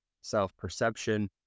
self-perception